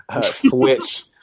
switch